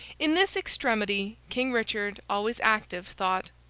in this extremity, king richard, always active, thought,